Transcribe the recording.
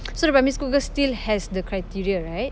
so the primary school girl still has the criteria right